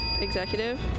Executive